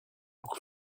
pour